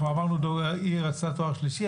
היא רצתה תואר שלישי,